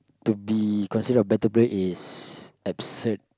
to be considered a better player is absurd